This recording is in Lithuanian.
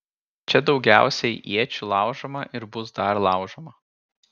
čia daugiausiai iečių laužoma ir bus dar laužoma